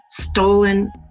stolen